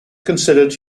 considered